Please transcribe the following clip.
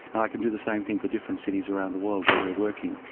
and i can do the same thing for different cities around the world where we're working.